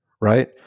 right